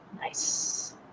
Nice